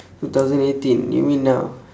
two thousand eighteen you mean now